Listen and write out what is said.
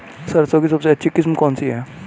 सरसों की सबसे अच्छी किस्म कौन सी है?